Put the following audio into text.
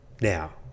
Now